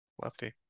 Lefty